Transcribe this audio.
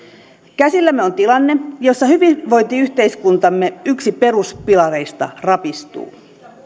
käsillämme on tilanne jossa hyvinvointiyhteiskuntamme yksi peruspilareista rapistuu